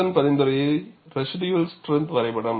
பரிந்துரைத்த residual strength வரைபடம்